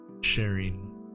sharing